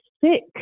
sick